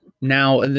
now